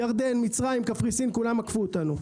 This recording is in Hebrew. ירדן; מצרים; קפריסין כולן עקפו אותנו.